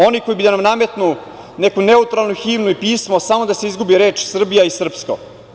Oni koji bi da nam nametnu neku neutralnu himnu i pismo samo da se izgubi reč Srbija i srpsko.